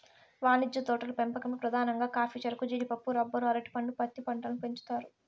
వాణిజ్య తోటల పెంపకంలో పధానంగా కాఫీ, చెరకు, జీడిపప్పు, రబ్బరు, అరటి పండు, పత్తి పంటలను పెంచుతారు